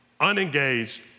unengaged